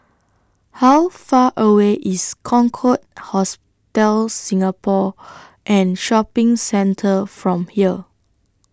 How Far away IS Concorde Hotel Singapore and Shopping Centre from here